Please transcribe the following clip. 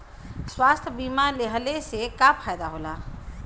स्वास्थ्य बीमा लेहले से का फायदा होला?